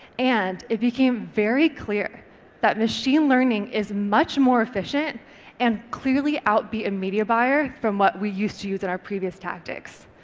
and it became very clear that machine learning is much more efficient and clearly outbid a media buyer from what we used to use in our previous tactics.